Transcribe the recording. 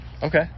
Okay